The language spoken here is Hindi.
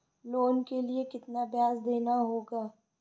लोन के लिए कितना ब्याज देना होगा?